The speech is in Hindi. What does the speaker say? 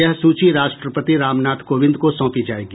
यह सूची राष्ट्रपति रामनाथ कोविंद को सौंपी जाएगी